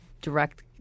direct